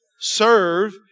serve